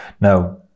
Now